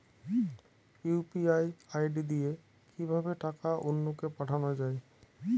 UPI ID দিয়ে কিভাবে টাকা অন্য কে পাঠানো যায়?